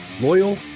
Loyal